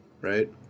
right